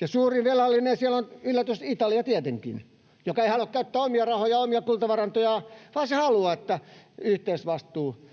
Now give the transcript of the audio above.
Ja suuri velallinen siellä on, yllätys, tietenkin Italia, joka ei halua käyttää omia rahoja, omia kultavarantojaan, vaan se haluaa, että yhteisvastuu